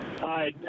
Hi